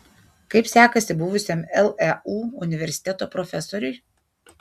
kaip sekasi buvusiam leu universiteto profesoriui